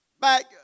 back